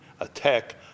attack